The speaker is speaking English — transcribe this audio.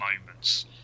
moments